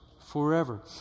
forever